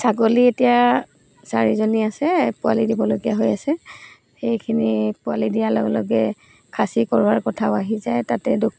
ছাগলী এতিয়া চাৰিজনী আছে পোৱালি দিবলগীয়া হৈ আছে সেইখিনি পোৱালি দিয়াৰ লগে লগে খাচী কৰোৱাৰ কথাও আহি যায় তাতে